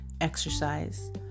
exercise